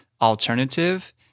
alternative